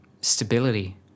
stability